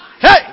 Hey